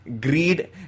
greed